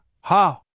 ha